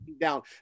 Down